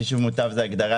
שזה הגדרה